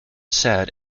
sad